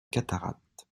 cataracte